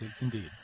Indeed